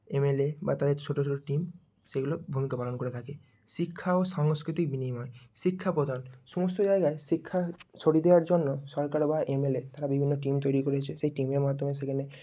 MLA বা তাদের ছোটো ছোটো টিম সেইগুলো ভূমিকা পালন করে থাকে শিক্ষা ও সংস্কৃতি বিনিময় শিক্ষা প্রদান সমস্ত জায়গায় শিক্ষা ছড়িয়ে দেওয়ার জন্য সরকার বা এমএলএ তারা বিভিন্ন টিম তৈরি করেছে সেই টিমের মাধ্যমে সেখানে